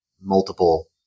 multiple